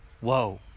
Whoa